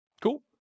Cool